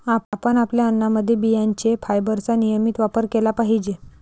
आपण आपल्या अन्नामध्ये बियांचे फायबरचा नियमित वापर केला पाहिजे